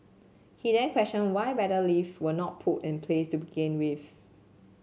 he then questioned why better lift were not put in place to begin with